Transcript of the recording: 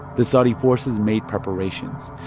the saudi forces made preparations.